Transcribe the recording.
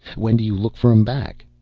when do you look for em back?